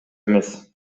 эмес